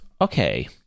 okay